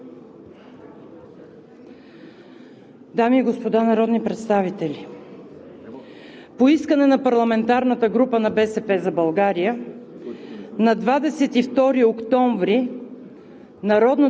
Госпожо Председател, дами и господа народни представители! По искане на парламентарната група на „БСП за България“